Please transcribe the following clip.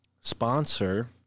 sponsor